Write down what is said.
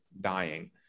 dying